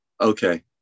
Okay